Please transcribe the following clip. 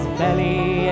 belly